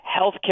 healthcare